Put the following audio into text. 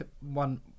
one